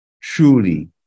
Truly